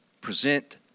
present